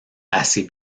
assez